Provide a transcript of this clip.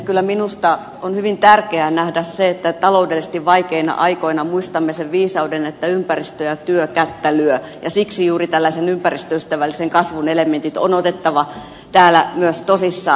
kyllä minusta on hyvin tärkeää nähdä se että taloudellisesti vaikeina aikoina muistamme sen viisauden että ympäristö ja työ kättä lyö ja siksi juuri tällaisen ympäristöystävällisen kasvun elementit on otettava täällä myös tosissaan